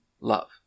love